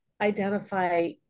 identify